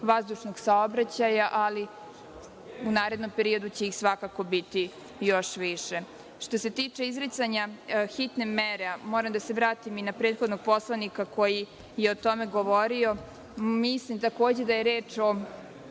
vazdušnog saobraćaja, ali u narednom periodu će ih svakako biti još više. Što se tiče izricanja hitne mere, moram da se vratim i na prethodnog poslanika koji je o tome govorio, mislim takođe da je reč o